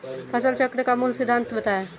फसल चक्र का मूल सिद्धांत बताएँ?